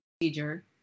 procedure